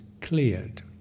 cleared